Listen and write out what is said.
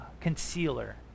concealer